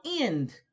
end